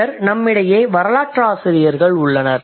பின்னர் நம்மிடையே வரலாற்றாசிரியர்கள் உள்ளனர்